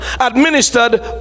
administered